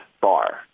bar